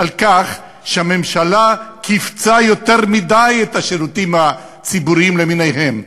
על כך שהממשלה כיווצה יותר מדי את השירותים הציבוריים למיניהם,